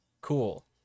Cool